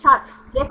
छात्र 0